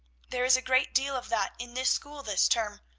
there is a great deal of that in this school this term.